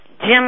Jim